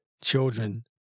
children